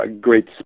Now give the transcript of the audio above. great